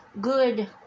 good